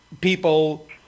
people